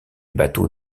bateaux